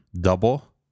double